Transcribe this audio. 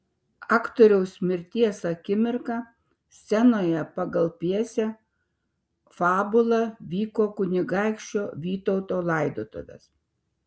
aktoriaus mirties akimirką scenoje pagal pjesės fabulą vyko kunigaikščio vytauto laidotuvės